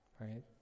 Right